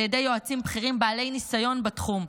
ידי יועצים בכירים בעלי ניסיון בתחום.